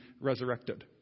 resurrected